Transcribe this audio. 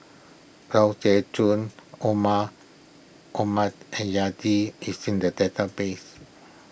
Lai Siu Chun Omar Omar is in the database